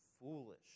foolish